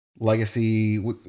Legacy